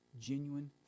genuine